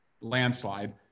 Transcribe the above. landslide